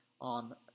on